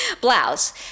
blouse